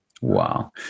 Wow